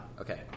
Okay